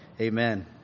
Amen